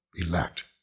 elect